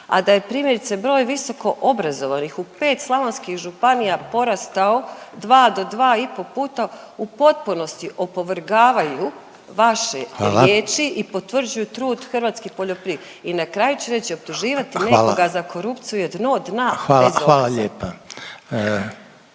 a da je primjerice broj visokoobrazovanih u pet slavonskih županija porastao dva do dva i po puta u potpunosti opovrgavaju vaše riječi …/Upadica Reiner: Hvala./… i potvrđuju trud hrvatskih poljopri. I na kraju ću reći optuživati nekoga za …/Upadica Reiner: Hvala./… korupciju